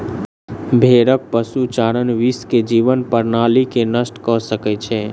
भेड़क पशुचारण विश्व के जीवन प्रणाली के नष्ट कय सकै छै